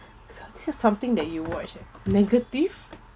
just something that you watch eh negative